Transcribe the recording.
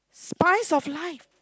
spice of life